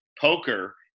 Poker